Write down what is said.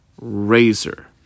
razor